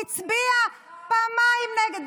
הצביעה פעמיים נגד?